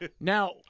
Now